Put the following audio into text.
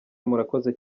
murakoze